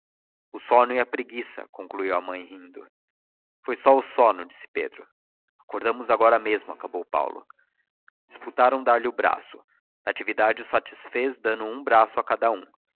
o sono e a preguiça concluiu a mãe rindo foi só o sono disse pedro acordamos agora mesmo acabou paulo disputaram dar-lhe o braço natividade os satisfez dando um braço a cada um